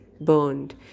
burned